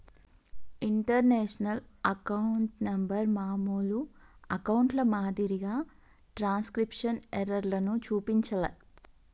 international account number మామూలు అకౌంట్ల మాదిరిగా ట్రాన్స్క్రిప్షన్ ఎర్రర్లను చూపించలే